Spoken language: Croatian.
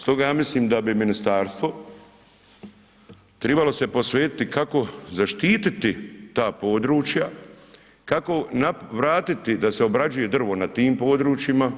Stoga ja mislim da bi ministarstvo tribalo se posvetiti kako zaštititi ta područja, kako vratiti da se obrađuje drvo na tim područjima,